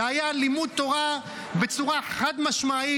זה היה לימוד תורה בצורה חד-משמעית.